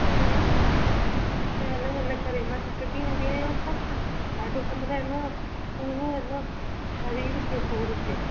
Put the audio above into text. त इन त इन इन करे मां थकिजी ईंदी आहियां उतां खां ॾाढो कम रहंदो आहे पूरो आहे न शरीर पियो सूर थिए